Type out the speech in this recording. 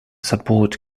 support